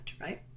right